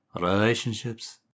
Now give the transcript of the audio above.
Relationships